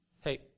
hey